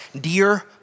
dear